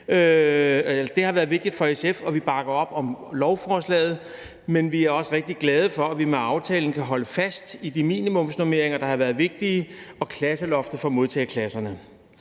Det har været vigtigt for SF. Vi bakker op om lovforslaget, og vi er også rigtig glade for, at vi med aftalen kan holde fast i klasseloftet for modtageklasserne